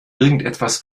irgendwas